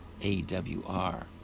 AWR